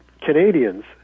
Canadians